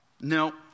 No